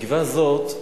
הגבעה הזאת,